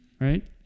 right